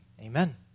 amen